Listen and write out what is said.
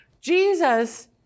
Jesus